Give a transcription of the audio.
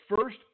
first